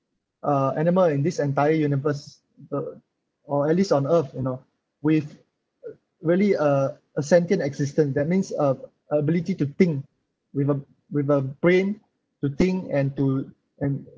uh animal in this entire universe the or at least on earth you know with really uh a sentient existent that means uh ability to think with a with a brain to think and to and